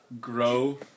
grow